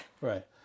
Right